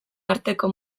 arteko